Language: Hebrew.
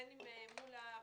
בין אם מול הרשויות?